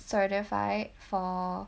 certify for